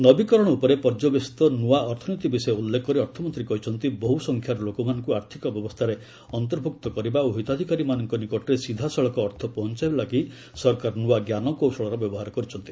ନବୀକରଣ ଉପରେ ପର୍ଯ୍ୟବସିତ ନୃଆ ଅର୍ଥନୀତି ବିଷୟ ଉଲ୍ଲେଖ କରି ଅର୍ଥମନ୍ତ୍ରୀ କହିଛନ୍ତି ବହୁସଂଖ୍ୟାରେ ଲୋକମାନଙ୍କୁ ଆର୍ଥିକ ବ୍ୟବସ୍ଥାରେ ଅନ୍ତର୍ଭୁକ୍ତ କରିବା ଓ ହିତାଧିକାରୀମାନଙ୍କ ନିକଟରେ ସିଧାସଳଖ ଅର୍ଥ ପହଞ୍ଚାଇବା ଲାଗି ସରକାର ନୂଆ ଜ୍ଞାନକୌଶଳର ବ୍ୟବହାର କରିଛନ୍ତି